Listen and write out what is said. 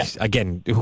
again